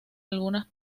algunas